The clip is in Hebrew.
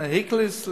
"היקליס",